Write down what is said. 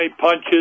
punches